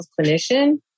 clinician